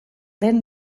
den